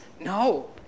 No